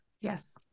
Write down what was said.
Yes